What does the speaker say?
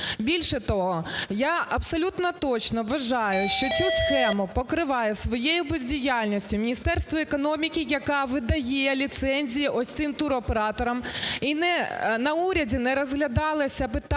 Більше того, я абсолютно точно вважаю, що цю схему покриває своєю бездіяльність Міністерство економіки, яке видає ліцензії ось цим туроператорам. І на уряді не розглядалося питання